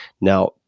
Now